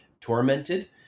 tormented